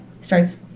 starts